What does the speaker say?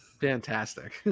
Fantastic